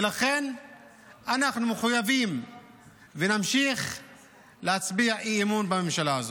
ולכן אנחנו מחויבים ונמשיך להצביע אי-אמון בממשלה הזאת.